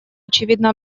очевидно